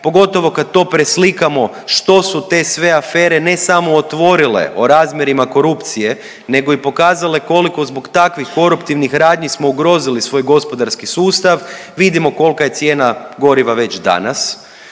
pogotovo kad to preslikamo što su te sve afere, ne samo otvorile, o razmjerima korupcije, nego i pokazale koliko zbog takvih koruptivnih radnji smo ugrozili svoj gospodarski sustav, vidimo koliko je cijena goriva već danas.